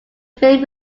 film